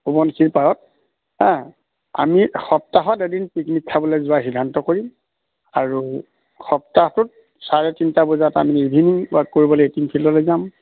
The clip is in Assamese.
সোৱনশিৰি পাৰত আমি সপ্তাহত এদিন পিকনিক খাবলৈ যোৱা সিদ্ধান্ত কৰিম আৰু সপ্তাহটোত চাৰে তিনিটা বজাত আমি ইভিনিং ৱাক কৰিবলৈ টিম ফিল্ডলৈ যাম